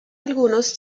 algunos